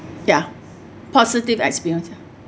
ya positive experience